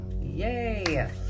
yay